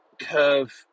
curve